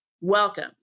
Welcome